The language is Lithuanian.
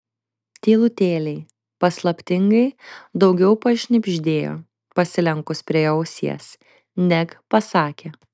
tylutėliai paslaptingai daugiau pašnibždėjo pasilenkus prie jo ausies neg pasakė